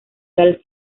tal